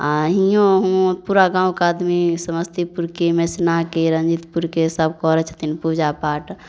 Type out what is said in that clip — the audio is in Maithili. आओर हिँओ हुँओ पूरा गामके आदमी समस्तीपुरके मैसिनाके रनजीतपुरके सब करै छथिन पूजा पाठ